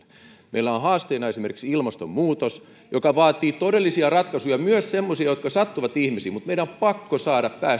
meillä on haasteena esimerkiksi ilmastonmuutos joka vaatii todellisia ratkaisuja myös semmoisia jotka sattuvat ihmisiin mutta meidän on pakko saada päästöt